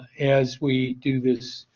as we do this